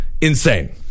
insane